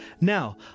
Now